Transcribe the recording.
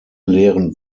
leeren